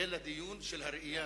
אלא דיון של הראייה,